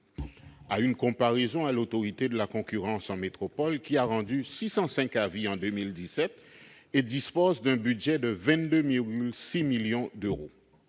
avec celle de l'Autorité de la concurrence en métropole, laquelle a rendu 605 avis en 2017 et dispose d'un budget de 22,6 millions d'euros.